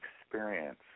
experience